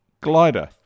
glider